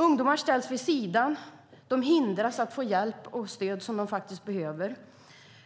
Ungdomar ställs vid sidan av. De hindras att få den hjälp och det stöd de faktiskt behöver.